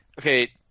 Okay